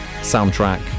soundtrack